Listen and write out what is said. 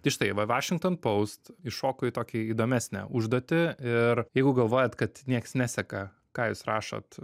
tai štai the washington post iššoko į tokį įdomesnę užduotį ir jeigu galvojat kad nieks neseka ką jūs rašot